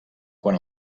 quan